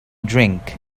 drink